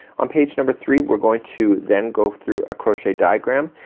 on page number three we're going to then go through a crochet diagram,